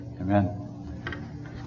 amen